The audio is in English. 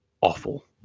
awful